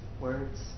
words